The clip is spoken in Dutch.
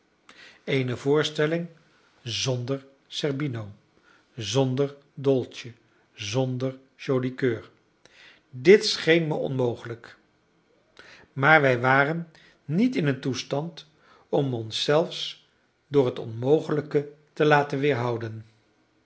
eene voorstelling zonder zerbino zonder dolce zonder joli coeur dit scheen me onmogelijk maar wij waren niet in een toestand om ons zelfs door het onmogelijke te laten weerhouden